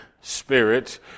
spirit